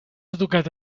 educat